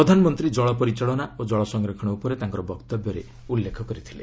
ପ୍ରଧାନମନ୍ତ୍ରୀ ଜଳ ପରିଚାଳନା ଓ ଜଳ ସଂରକ୍ଷଣ ଉପରେ ତାଙ୍କର ବକ୍ତବ୍ୟରେ ଉଲ୍ଲେଖ କରିଛନ୍ତି